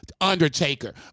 Undertaker